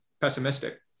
pessimistic